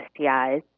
STIs